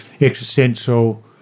existential